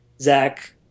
Zach